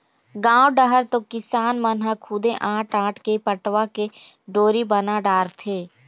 गाँव डहर तो किसान मन ह खुदे आंट आंट के पटवा के डोरी बना डारथे